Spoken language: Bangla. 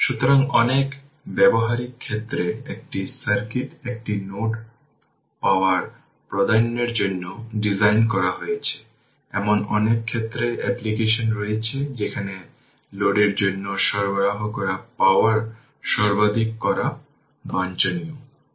সুতরাং মূলত এটি i3 এর জন্য কিন্তু সাধারণভাবে আমরা জেনেছি i t I0 ধরুন ক্যাপিটাল I0 বা স্মল I0 তাই এই জিনিসটি e t tτ